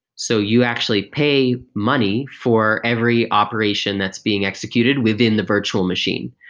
so you actually pay money for every operation that's being executed within the virtual machine.